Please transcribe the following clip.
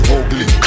ugly